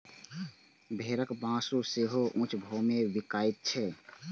भेड़क मासु सेहो ऊंच भाव मे बिकाइत छै